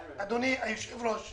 אדוני היושב-ראש,